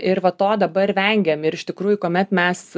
ir va to dabar vengiam ir iš tikrųjų kuomet mes